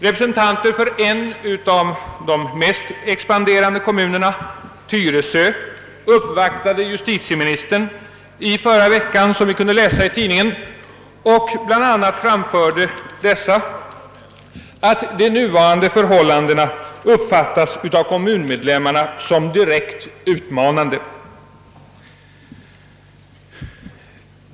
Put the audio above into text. Representanter för en av de mest expanderande kommunerna, Tyresö, uppvaktade, som vi kunde läsa i tidningarna, förra veckan justitieministern och framförde bl.a. att de nuvarande förhållandena av kommunmedlemmarna uppfattades som direkt utmanande.